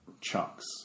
chunks